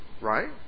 Right